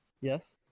Yes